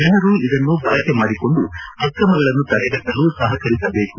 ಜನರು ಇದನ್ನು ಬಳಕೆ ಮಾಡಿಕೊಂಡು ಅಕ್ರಮಗಳನ್ನು ತಡೆಗಟ್ಟಲು ಸಹಕರಿಸಬೇಕು